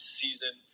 season